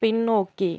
பின்னோக்கி